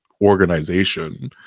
organization